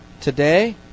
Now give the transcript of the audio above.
today